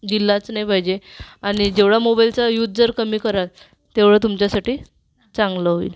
दिलाच नाही पाहिजे आणि जेवढा मोबाइलचा यूज जर कमी कराल तेवढं तुमच्यासाठी चांगलं होईल